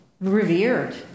revered